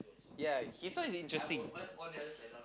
yeah his one is interesting